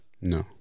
No